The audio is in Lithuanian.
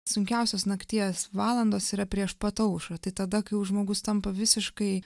sunkiausios nakties valandos yra prieš pat aušrą tai tada kai jau žmogus tampa visiškai